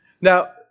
Now